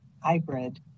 hybrid